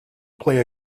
play